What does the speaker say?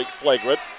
flagrant